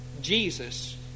Jesus